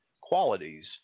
qualities